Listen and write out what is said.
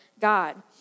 God